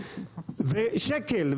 בשקל,